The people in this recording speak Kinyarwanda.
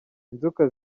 inzoka